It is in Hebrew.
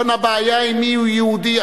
כאן הבעיה היא מיהו יהודי.